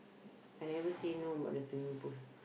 I never say no about the swimming pool